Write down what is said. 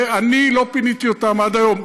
אני לא פיניתי אותם עד היום.